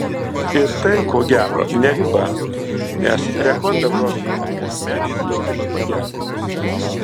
ir tai ko gero ne riba nes rekordą vroclave kasmet siekiama pagerinti